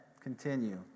Continue